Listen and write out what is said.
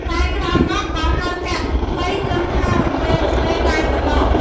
តែក្រោយមកក៏ហៅកាត់ ខ្លីត្រឹមថា រំពេៗ តែប៉ុណ្ណោះ ។